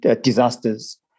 disasters